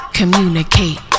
communicate